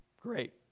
Great